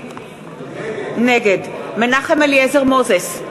נגד מנחם אליעזר מוזס,